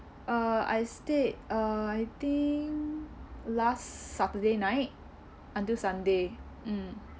uh I stayed uh I think last saturday night until sunday mm